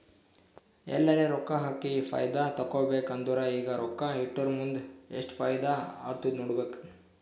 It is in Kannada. ಎಲ್ಲರೆ ರೊಕ್ಕಾ ಹಾಕಿ ಫೈದಾ ತೆಕ್ಕೋಬೇಕ್ ಅಂದುರ್ ಈಗ ರೊಕ್ಕಾ ಇಟ್ಟುರ್ ಮುಂದ್ ಎಸ್ಟ್ ಫೈದಾ ಆತ್ತುದ್ ನೋಡ್ಬೇಕ್